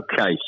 Okay